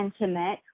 intimate